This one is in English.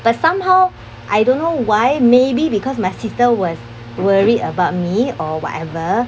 but somehow I don't know why maybe because my sister was worried about me or whatever